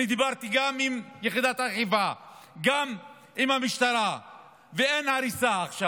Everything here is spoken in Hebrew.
אני דיברתי גם עם יחידת האכיפה וגם עם המשטרה ואין הריסה עכשיו,